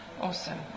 Awesome